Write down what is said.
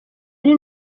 ari